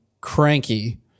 Cranky